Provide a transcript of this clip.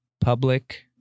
public